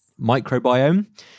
microbiome